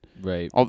Right